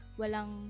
walang